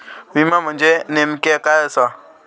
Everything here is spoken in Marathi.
विमा म्हणजे नेमक्या काय आसा?